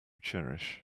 cherish